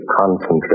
concentrate